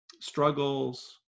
struggles